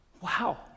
Wow